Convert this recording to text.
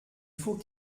faut